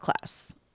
class